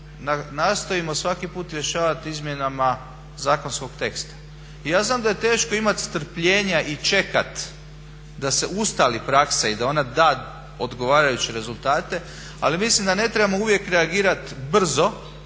nastojimo svaki put rješavati izmjenama zakonskog teksta. I ja znam da je teško imati strpljenja i čekati da se ustali praksa i da ona da odgovarajuće rezultate, ali mislim da ne trebamo uvijek reagirati brzo